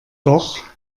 doch